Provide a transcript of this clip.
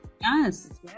Yes